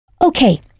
Okay